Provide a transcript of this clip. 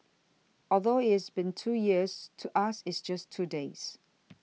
although it's been two years to us it's just two days